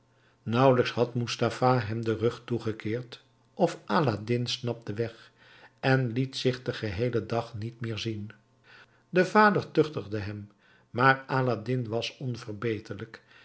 nauwelijks had moestafa hem den rug toegekeerd of aladdin snapte weg en liet zich den heelen dag niet meer zien de vader tuchtigde hem maar aladdin was onverbeterlijk